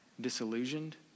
Disillusioned